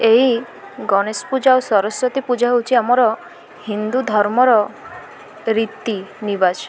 ଏହି ଗଣେଶ ପୂଜା ଓ ସରସ୍ଵତୀ ପୂଜା ହେଉଛି ଆମର ହିନ୍ଦୁ ଧର୍ମର ରୀତି ନିବାଜ